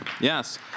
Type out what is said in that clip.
Yes